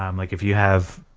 um like if you have,